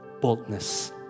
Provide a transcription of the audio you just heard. boldness